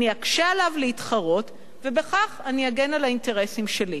אקשה עליו להתחרות, ובכך אגן על האינטרסים שלי.